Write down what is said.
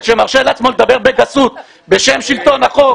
שמרשה לעצמו לדבר בגסות בשם שלטון החוק,